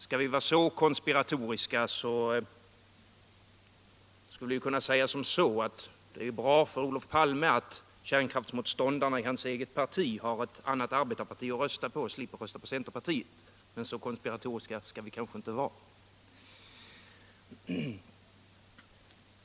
Skulle man vara så konspiratorisk kunde man säga att det är bra för Olof Palme att kärnkraftsmotståndarna i hans eget parti har ett annat parti att rösta på i stället för centern. Men så konspiratorisk skall man kanske inte vara.